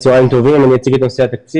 היי, צהריים טובים, אני אציג את נושא התקציב.